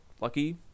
lucky